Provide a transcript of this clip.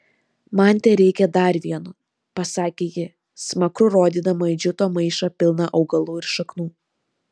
man tereikia dar vieno pasakė ji smakru rodydama į džiuto maišą pilną augalų ir šaknų